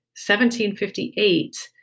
1758